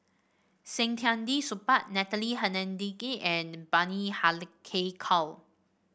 Saktiandi Supaat Natalie Hennedige and Bani Haykal